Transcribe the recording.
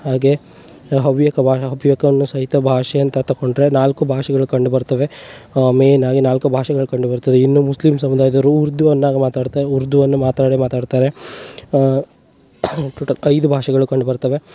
ಹಾಗೆ ಹವ್ಯಕ ಬಾ ಹವ್ಯಕವನ್ನೂ ಸಹಿತ ಭಾಷೆ ಅಂತ ತಕೊಂಡರೆ ನಾಲ್ಕು ಭಾಷೆಗಳು ಕಂಡುಬರ್ತವೆ ಮೇನಾಗಿ ನಾಲ್ಕು ಭಾಷೆಗಳು ಕಂಡುಬರ್ತದೆ ಇನ್ನು ಮುಸ್ಲಿಮ್ ಸಮುದಾಯದವರು ಉರ್ದು ಅನ್ನಾಗಿ ಮಾತಾಡ್ತಾ ಉರ್ದುವನ್ನು ಮಾತಾಡೇ ಮಾತಾಡ್ತಾರೆ ಟೋಟಲ್ ಐದು ಭಾಷೆಗಳು ಕಂಡುಬರ್ತವೆ